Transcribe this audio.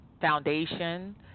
foundation